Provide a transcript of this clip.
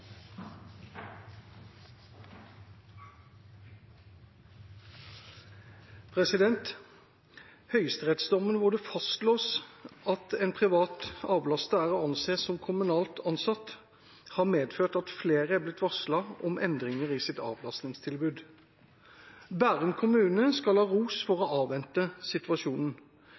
hvor det fastslås at en privat avlaster er å anse som kommunalt ansatt, har medført at flere er blitt varslet om endringer i sitt avlastningstilbud. Bærum kommune skal ha ros for å avvente situasjonen.